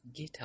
GitHub